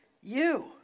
you